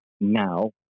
now